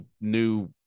new